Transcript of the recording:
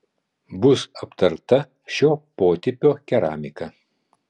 bus aptarta šio potipio keramika